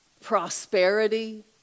Prosperity